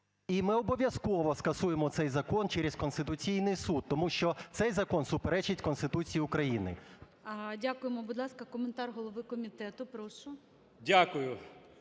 І ми обов'язково скасуємо цей закон через Конституційний Суд, тому що цей закон суперечить Конституції України. ГОЛОВУЮЧИЙ. Дякуємо. Будь ласка, коментар голови комітету. Прошу.